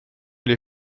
les